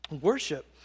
Worship